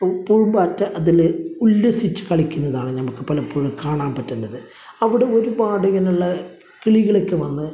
അപ്പോൾ പൂമ്പാറ്റ അതിൽ ഉല്ലസിച്ചു കളിക്കുന്നതാണ് നമുക്ക് പലപ്പോഴും കാണാന് പറ്റുന്നത് അവിടെ ഒരുപാട് ഇങ്ങനെയുള്ള കിളികള് ഒക്കെ വന്ന്